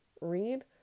read